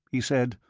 he said,